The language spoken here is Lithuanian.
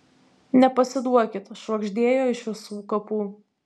nepasiduokit švagždėjo iš visų kapų